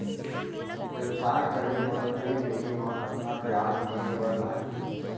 व्यवसाय करे बर ऋण लेहे म कतना ब्याज देहे बर लागही?